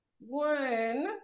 one